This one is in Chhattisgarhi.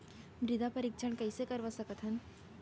मृदा परीक्षण कइसे करवा सकत हन?